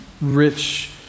rich